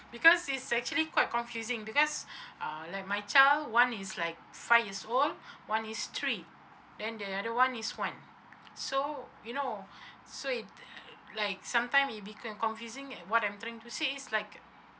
because is actually quite confusing because uh like my child one is like five years old one is three then the other one is one so you know so it like sometime it become confusing and what I'm trying to say is like